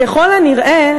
ככל הנראה,